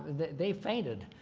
they fainted.